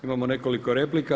Imamo nekoliko replika.